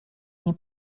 nie